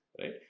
right